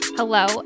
Hello